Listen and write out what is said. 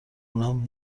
اونم